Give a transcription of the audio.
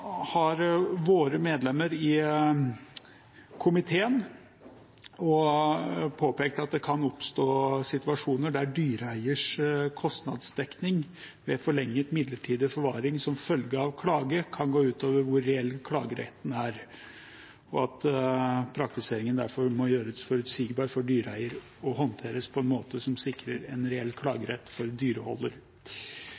har Arbeiderpartiets medlemmer i komiteen påpekt at det kan oppstå situasjoner der dyreeierens kostnadsdekning ved forlenget midlertidig forvaring som følge av klage kan gå ut over hvor reell klageretten er, og at praktiseringen derfor må gjøres forutsigbar for dyreeieren og håndteres på en måte som sikrer en reell